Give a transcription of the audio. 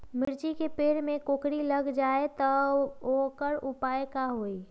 मिर्ची के पेड़ में कोकरी लग जाये त वोकर उपाय का होई?